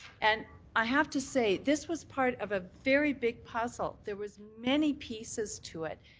and i have to say this was part of a very big puzzle. there was many pieces to it.